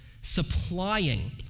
supplying